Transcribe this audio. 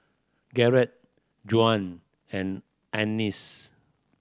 Garret Juan and Annis